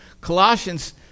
Colossians